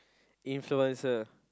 influencer